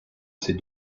ces